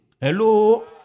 hello